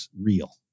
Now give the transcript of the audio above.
real